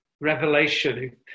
Revelation